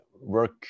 work